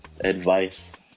advice